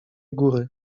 góry